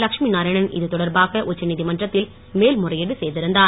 லட்சுமிநாராயணன் இது தொடர்பாக உச்சநீதிமன்றத்தில் மேல் முறையீடு செய்திருந்தார்